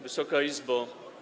Wysoka Izbo!